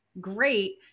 great